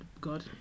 God